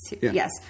yes